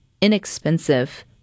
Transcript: inexpensive